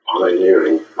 pioneering